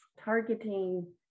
targeting